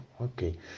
okay